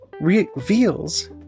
reveals